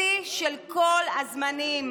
שיא של כל הזמנים.